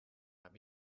might